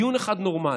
דיון אחד נורמלי?